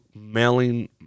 mailing